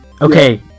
Okay